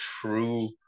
true